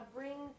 bring